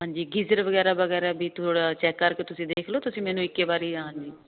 ਹਾਂਜੀ ਗਜਰ ਵਗੈਰਾ ਵਗੈਰਾ ਵੀ ਥੋੜਾ ਚੈੱਕ ਕਰਕੇ ਤੁਸੀਂ ਦੇਖ ਲਓ ਤੁਸੀਂ ਮੈਨੂੰ ਇੱਕ ਵਾਰੀ ਆ ਜੀ